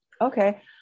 okay